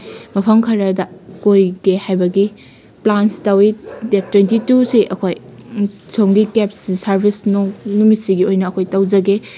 ꯃꯐꯝ ꯈꯔꯗ ꯀꯣꯏꯒꯦ ꯍꯥꯏꯕꯒꯤ ꯄ꯭ꯂꯥꯟꯁ ꯇꯧꯋꯤ ꯗꯦꯠ ꯇ꯭ꯋꯦꯟꯇꯤ ꯇꯨꯁꯤ ꯑꯩꯈꯣꯏ ꯁꯣꯝꯒꯤ ꯀꯦꯞ ꯁꯥꯔꯚꯤꯁ ꯅꯨꯃꯤꯠꯁꯤꯒꯤ ꯑꯣꯏꯅ ꯑꯩꯈꯣꯏ ꯇꯧꯖꯒꯦ